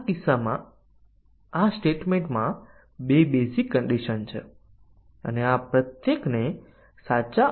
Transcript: તેથી આ સાચું થશે અને બીજો a 5 કરતા મોટો છે